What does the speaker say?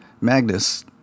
Magnus